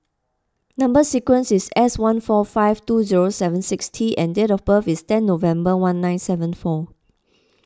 Number Sequence is S one four five two zero seven six T and date of birth is ten November one nine seven four